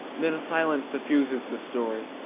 then a silence suffuses the story,